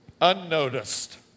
unnoticed